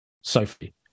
Sophie